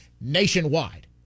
nationwide